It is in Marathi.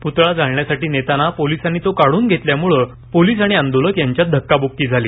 पुतळा जाळण्यासाठी नेताना पोलिसांनी तो काढून घेतल्यानं पोलिस आणि आंदोलक यांच्यात धक्काबुक्की झाली